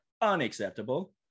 unacceptable